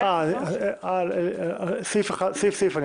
אני אעבור סעיף סעיף.